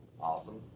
awesome